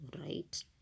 right